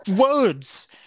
words